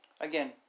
Again